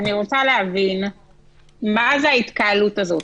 אני רוצה להבין מה זה ההתקהלות הזאת.